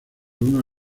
una